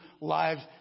lives